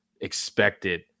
expected